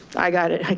i got it,